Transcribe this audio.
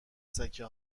سکه